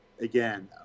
again